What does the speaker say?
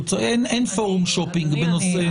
אין פורום שופינג בנושא.